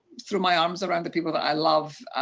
throw my arms around the people that i love,